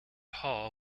hall